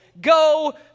go